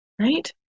right